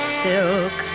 silk